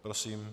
Prosím.